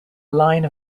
line